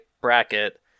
bracket